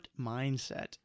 mindset